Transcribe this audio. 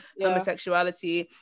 homosexuality